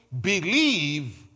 believe